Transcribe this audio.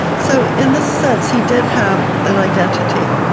so in this sense he did have an identity.